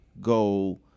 go